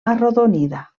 arrodonida